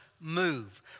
move